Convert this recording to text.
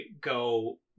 go